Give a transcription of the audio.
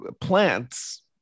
plants